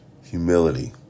Humility